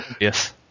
Yes